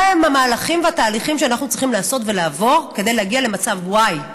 ומהם המהלכים והתהליכים שאנחנו צריכים לעשות ולעבור כדי לעבור למצב y,